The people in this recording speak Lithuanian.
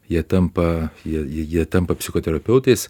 jie tampa jie jie tampa psichoterapeutais